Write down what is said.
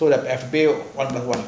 so there is bill one by one